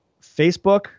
Facebook